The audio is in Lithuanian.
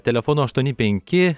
telefonu aštuoni penki